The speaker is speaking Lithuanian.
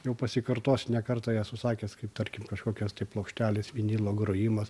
jau pasikartosiu ne kartą esu sakęs kaip tarkim kažkokios tai plokštelės vinilo grojimas